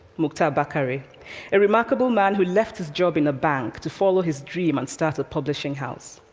muhtar bakare, a a remarkable man who left his job in a bank to follow his dream and start a publishing house?